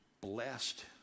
blessed